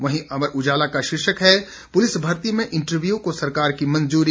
वहीं अमर उजाला का शीर्षक है पुलिस भर्ती में इंटरव्यू को सरकार की मंजूरी